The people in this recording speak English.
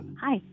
hi